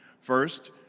First